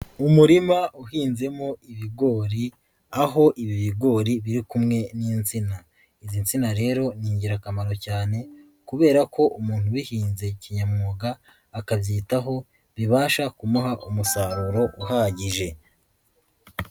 Umurima uhinzemo ibigori aho ibi bigori biri kumwe n'insina, izi nsina rero ni ingirakamaro cyane kubera ko umuntu ubihinze kinyamwuga, akabyitaho bibasha kumuha umusaruro uhagije.